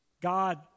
God